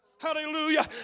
Hallelujah